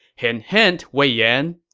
hint hint, wei yan.